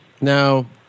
now